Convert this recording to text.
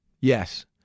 yes